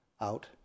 out